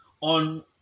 On